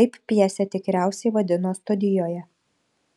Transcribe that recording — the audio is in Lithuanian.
taip pjesę tikriausiai vadino studijoje